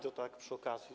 To tak przy okazji.